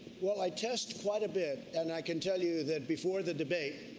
well, i test quite a bit. and i can tell you that before the debate,